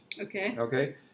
Okay